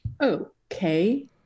okay